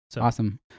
Awesome